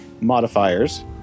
modifiers